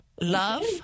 Love